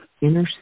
inner